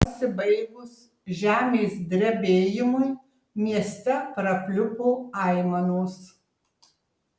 pasibaigus žemės drebėjimui mieste prapliupo aimanos